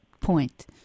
point